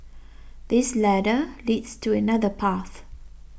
this ladder leads to another path